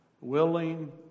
willing